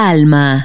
Alma